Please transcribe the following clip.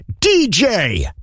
DJ